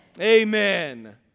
Amen